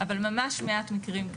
אבל ממש מעט מקרים כאלה.